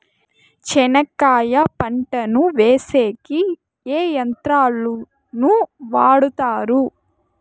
చెనక్కాయ పంటను వేసేకి ఏ యంత్రాలు ను వాడుతారు?